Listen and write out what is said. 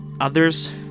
others